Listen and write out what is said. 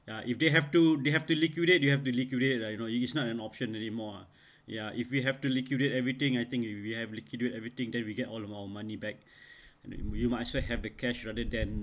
ya if they have to they have to liquidate you have to liquidate that you know it is not an option anymore ah ya if you have to liquidate everything I think you have to liquidate everything than we get all of our money back you might as well have the cash rather than